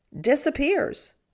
disappears